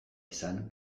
izan